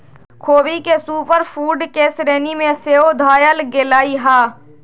ख़ोबी के super food के श्रेणी में सेहो धयल गेलइ ह